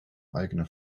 eigene